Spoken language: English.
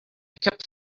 kept